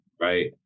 Right